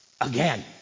again